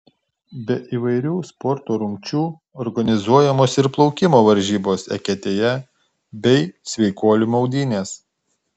be įvairių sporto rungčių organizuojamos ir plaukimo varžybos eketėje bei sveikuolių maudynės